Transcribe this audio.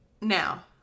Now